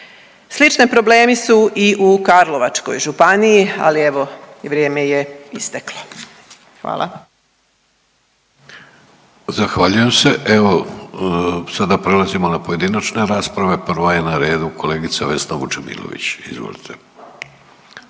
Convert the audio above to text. Slični problemi su i u Karlovačkoj županiji, ali evo vrijeme je isteklo. Hvala. **Vidović, Davorko (Nezavisni)** Zahvaljujem se. Evo sada prelazimo na pojedinačne rasprave. Prva je na redu kolegica Vesna Vučemilović, izvolite.